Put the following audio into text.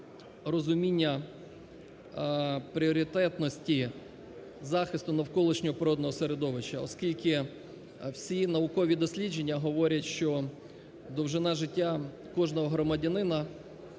розуміння пріоритетності захисту навколишнього природного середовища, оскільки всі наукові дослідження говорять, що довжина життя кожного громадянина